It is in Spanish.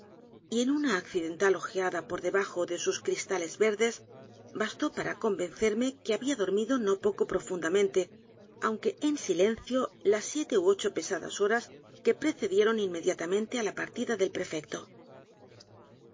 y una incidental ojeada por debajo de sus cristales verdes bastó p a r a convencerme que había dormido no poco profundamente aunque en silencio las siete tí ocho pesadas horas que precedieron inmediatamente á la partida del prefecto